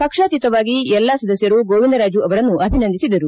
ಪಕ್ಷಾತೀತವಾಗಿ ಎಲ್ಲಾ ಸದಸ್ಯರು ಗೋವಿಂದರಾಜು ಅವರನ್ನು ಅಭಿನಂದಿಸಿದರು